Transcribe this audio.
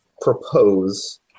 propose